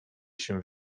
się